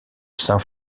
saint